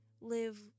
live